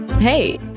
Hey